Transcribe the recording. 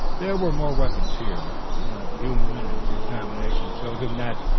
there were more weapons here, and a few minutes' examination showed him that,